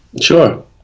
Sure